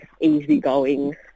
easygoing